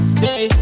say